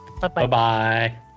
Bye-bye